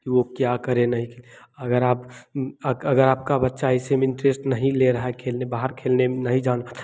कि वह क्या करें नहीं खेलें अगर आप अगर आपका बच्चा ऐसे में इंटरेस्ट नहीं ले रहा है खेलने में बाहर खेलने में नहीं जा पाता